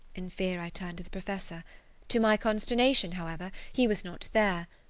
in fear i turned to the professor to my consternation, however, he was not there.